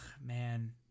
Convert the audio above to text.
man